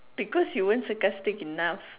because you weren't sarcastic enough